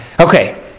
Okay